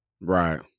right